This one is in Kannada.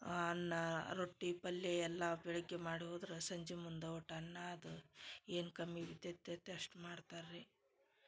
ಆ ಅನ್ನ ರೊಟ್ಟಿ ಪಲ್ಯ ಎಲ್ಲ ಬೆಳಗ್ಗೆ ಮಾಡಿ ಹೋದ್ರ ಸಂಜೆ ಮುಂದ ಒಟ್ಟು ಅನ್ನಾದು ಏನು ಕಮ್ಮಿ ಬಿದ್ದಿರ್ತೈತೆ ಅಷ್ಟು ಮಾಡ್ತಾರೆ ರೀ